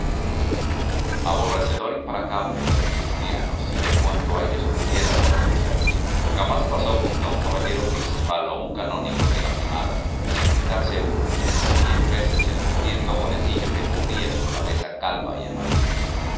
aborrecedor implacable de los cristianos y de cuanto a ellos pudiera pertenecer jamás pasó junto a un caballero principal o un canónigo de la primada sin quitarse una y hasta diez veces el mugriento bonetillo que cubría su cabeza calva y amarillenta